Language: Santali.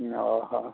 ᱦᱮᱸ ᱚᱻ ᱦᱚᱸ